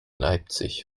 leipzig